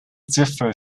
differ